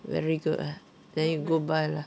very good ah then go buy lah